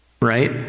right